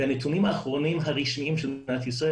מהנתונים האחרונים הרשמיים של מדינת ישראל,